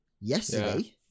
Yesterday